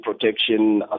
Protection